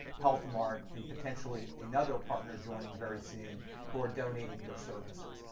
health mart and potential another partner joining very soon who are donating their services,